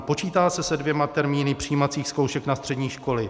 Počítá se se dvěma termíny přijímacích zkoušek na střední školy?